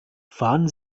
fahren